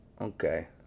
Okay